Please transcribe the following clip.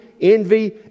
envy